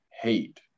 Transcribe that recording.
hate